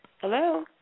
Hello